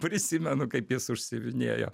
prisimenu kaip jis užsiuvinėjo